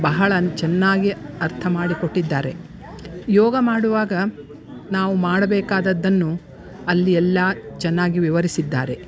ಬಹಳ ಚೆನ್ನಾಗಿ ಅರ್ಥ ಮಾಡಿಕೊಟ್ಟಿದ್ದಾರೆ ಯೋಗ ಮಾಡುವಾಗ ನಾವು ಮಾಡಬೇಕಾದದ್ದನ್ನು ಅಲ್ಲಿ ಎಲ್ಲಾ ಚೆನ್ನಾಗಿ ವಿವರಿಸಿದ್ದಾರೆ